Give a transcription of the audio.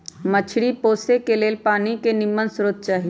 मछरी पोशे के लेल पानी के निम्मन स्रोत चाही